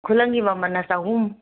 ꯈꯨꯂꯪꯒꯤ ꯃꯃꯜꯅ ꯆꯍꯨꯝ